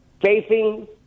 facing